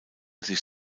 sich